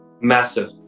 Massive